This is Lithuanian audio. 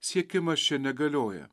siekimas čia negalioja